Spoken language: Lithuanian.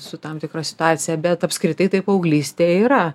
su tam tikra situacija bet apskritai tai paauglystė yra